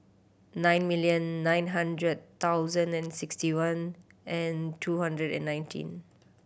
nine million nine hundred thousand and sixty one and two hundred and nineteen